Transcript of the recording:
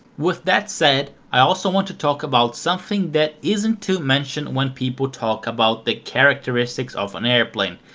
with that said i also want to talk about something that isn't too mentioned when people talk about the characteristics of an airplane,